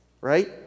Right